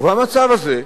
ובמצב הזה,